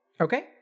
Okay